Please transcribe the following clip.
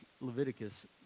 Leviticus